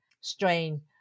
strain